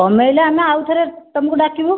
କମେଇଲେ ଆମେ ଆଉଥରେ ତମକୁ ଡ଼ାକିବୁ